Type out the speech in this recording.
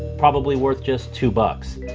probably worth just two bucks.